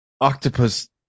octopus